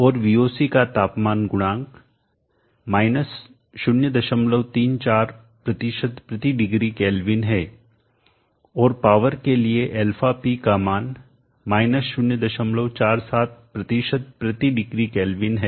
और VOC का तापमान गुणांक 034 प्रति डिग्री केल्विन है और पावर के लिए αp का मान 047 प्रति डिग्री केल्विन है